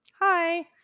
Hi